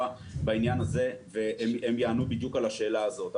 בעניין הזה ויוכלו לענות בדיוק על השאלה הזאת.